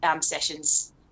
sessions